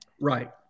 Right